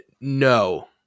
No